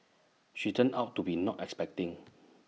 she turned out to be not expecting